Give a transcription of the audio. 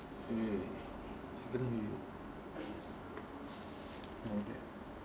wait how do you you like that